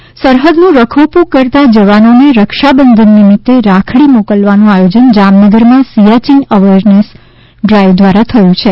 સૈનિકોને રાખડી સરહદનું રખોપુ કરતા જવાનોને રક્ષાબંધન નિમિત્તે રાખડી મોકલવાનું આયોજન જામનગરમાં સિયાયીન અવરનેસ ડ્રાઈવ દ્વારા થયું છે